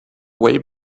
way